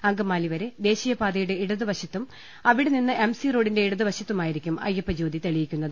അങ്കമാലി വരെ ദേശീയപാതയുടെ ഇടതുവശത്തും അവിടെ നിന്ന് എം സി റോഡിന്റെ ഇടതുവശത്തുമായിരിക്കും അയ്യപ്പ ജ്യോതി തെളിയിക്കുന്നത്